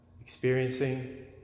Experiencing